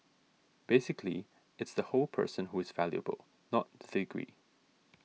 basically it's the whole person who is valuable not degree